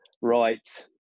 right